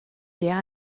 sehr